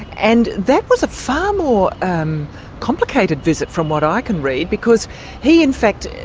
and that was a far more um complicated visit, from what i can read, because he, in fact.